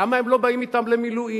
למה הם לא באים אתם למילואים?